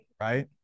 Right